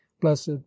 blessed